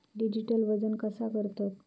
Digital वजन कसा करतत?